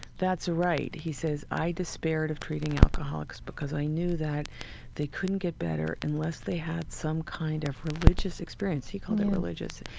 that's right he says, i despaired of treating alcoholics, because i knew that they couldn't get better unless they had some kind of religious experience he called it religious.